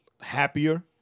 happier